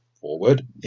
forward